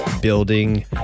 building